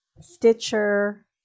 Stitcher